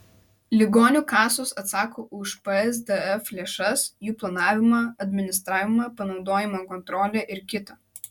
ligonių kasos atsako už psdf lėšas jų planavimą administravimą panaudojimo kontrolę ir kita